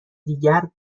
دیگر